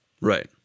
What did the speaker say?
Right